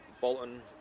Bolton